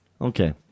Okay